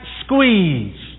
squeeze